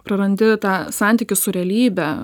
prarandi tą santykį su realybe